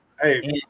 Hey